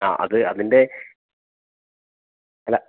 ആ അത് അതിൻ്റെ അല്ല